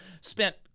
spent